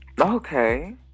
okay